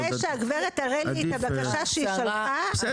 אחרי שהגברת תראה לי את הבקשה שהיא שלחה.